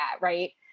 right